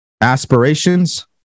Aspirations